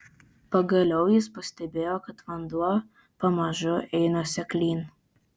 pagaliau jis pastebėjo kad vanduo pamažu eina seklyn